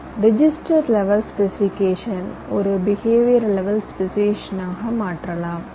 நீங்கள் behaviour level specification ஐ register level specification ஆக மாற்றலாம்